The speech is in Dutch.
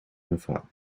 mevrouw